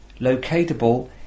locatable